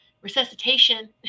resuscitation